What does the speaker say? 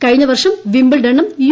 കഴിഞ്ഞവർഷം വിംബിൾഡണും യു